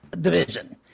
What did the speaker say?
division